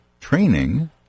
training